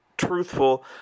truthful